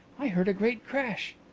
i heard a great crash.